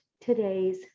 today's